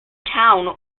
town